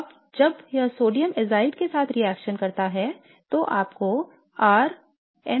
अब जब यह सोडियम एज़ाइड के साथ रिएक्शन करता है तो आपको R N3 मिलने वाला है